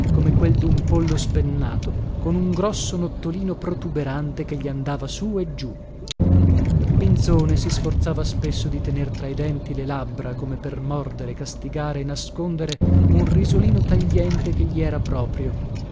come quel dun pollo spennato con un grosso nottolino protuberante che gli andava sù e giù pinzone si sforzava spesso di tener tra i denti le labbra come per mordere castigare e nascondere un risolino tagliente che gli era proprio